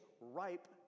ripe